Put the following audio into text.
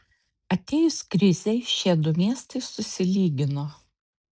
atėjus krizei šie du miestai susilygino